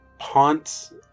Haunts